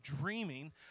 dreaming